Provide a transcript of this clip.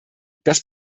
das